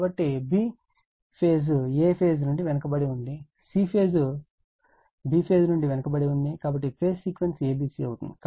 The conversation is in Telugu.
కాబట్టి b ఫేజ్ a ఫేజ్ నుండి వెనుకబడి ఉంటుంది c ఫేజ్ b ఫేజ్ నుండి వెనుకబడి ఉంది కాబట్టి phase sequence a b c అవుతుంది